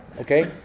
Okay